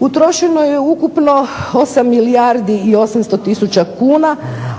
Utrošeno je ukupno 8 milijardi i 800 tisuća kuna,